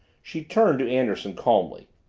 she turned to anderson calmly.